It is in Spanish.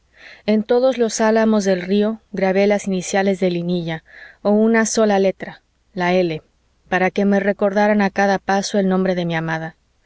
en todos los álamos del río grabé las iniciales de linilla o una sola letra una l para que me recordaran a cada paso el nombre de mi amada